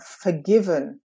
forgiven